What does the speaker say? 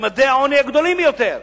עם ממדי העוני הגדולים יותר.